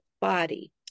body